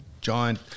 giant